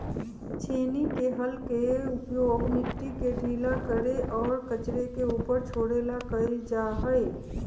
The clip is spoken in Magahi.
छेनी के हल के उपयोग मिट्टी के ढीला करे और कचरे के ऊपर छोड़े ला कइल जा हई